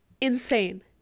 insane